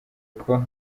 uko